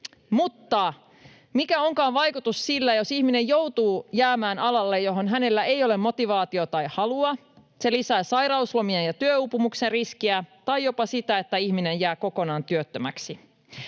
Mutta mikä onkaan vaikutus sillä, jos ihminen joutuu jäämään alalle, johon hänellä ei ole motivaatiota ja halua? Se lisää sairauslomia ja työuupumuksen riskiä tai jopa sitä, että ihminen jää kokonaan työttömäksi.